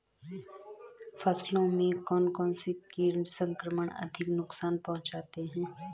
फसलों में कौन कौन से कीट संक्रमण अधिक नुकसान पहुंचाते हैं?